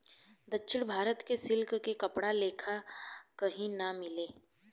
दक्षिण भारत के सिल्क के कपड़ा लेखा कही ना मिले